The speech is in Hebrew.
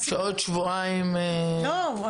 שעוד שבועיים -- לא.